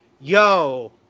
yo